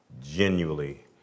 genuinely